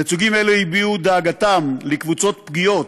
נציגים אלה הביעו את דאגתם לקבוצות פגיעות,